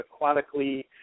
aquatically